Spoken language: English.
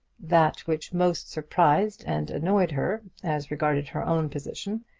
that which most surprised and annoyed her, as regarded her own position,